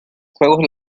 juegos